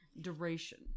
Duration